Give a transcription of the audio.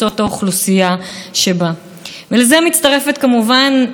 מסכת השקרים על בית המשפט העליון והערעור על אופי